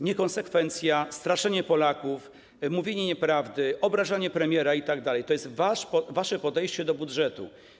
Niekonsekwencja, straszenie Polaków, mówienie nieprawdy, obrażanie premiera itd. - to jest wasze podejście do budżetu.